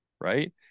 Right